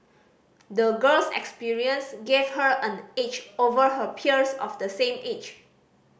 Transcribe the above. the girl's experience gave her an edge over her peers of the same age